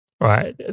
right